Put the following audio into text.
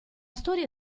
storia